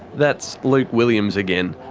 that's luke williams again,